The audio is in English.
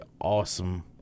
awesome